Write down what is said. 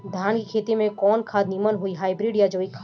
धान के खेती में कवन खाद नीमन होई हाइब्रिड या जैविक खाद?